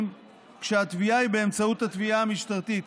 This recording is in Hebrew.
כשהתביעה היא באמצעות התביעה המשטרתית.